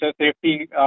safety